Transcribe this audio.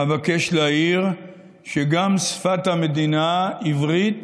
אבקש להעיר שגם שפת המדינה, עברית,